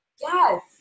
Yes